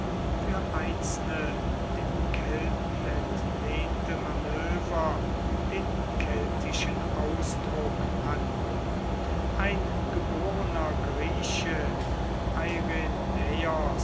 für einzelne den kelten entlehnte manöver den keltischen ausdruck an ein geborener grieche